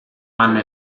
anna